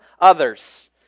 others